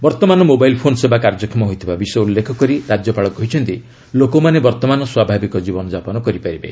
ବର୍ତ୍ତମାନ mobile phone ସେବା କାର୍ଯ୍ୟକ୍ଷମ ହୋଇଥିବା ବିଷୟ ଉଲ୍ଲେଖ କରି ରାଜ୍ୟପାଳ କହିଛନ୍ତି ଲୋକମାନେ ବର୍ତ୍ତମାନ ସ୍ୱାଭାବିକ ଜୀବନଯାପନ କରିପାରିବେ